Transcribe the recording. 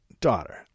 daughter